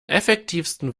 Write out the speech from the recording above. effektivsten